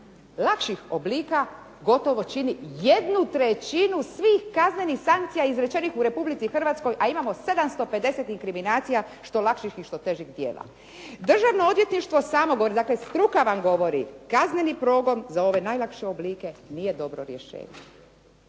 najlakših oblika, gotovo čini jednu trećinu svih kaznenih sankcija izrečenih u Republici Hrvatskoj a imamo 750 inkriminacija što lakših, što težih djela. Državno odvjetništvo samo govori, dakle struka vam govori. Kazneni progon za ove najlakše oblike nije dobro rješenje.